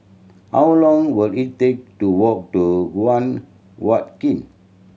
how long will it take to walk to Guan Huat Kiln